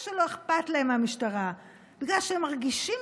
שלא אכפת להם מהמשטרה אלא בגלל שהם מרגישים